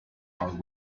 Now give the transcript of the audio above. are